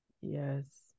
yes